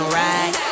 right